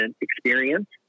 experience